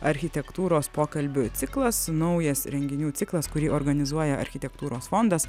architektūros pokalbių ciklas naujas renginių ciklas kurį organizuoja architektūros fondas